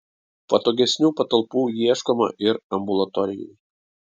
patogesnių patalpų ieškoma ir ambulatorijai